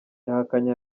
yahakanye